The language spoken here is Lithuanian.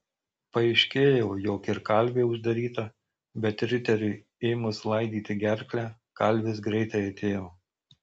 paaiškėjo jog ir kalvė uždaryta bet riteriui ėmus laidyti gerklę kalvis greitai atėjo